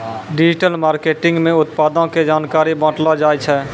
digital marketing मे उत्पादो के जानकारी बांटलो जाय छै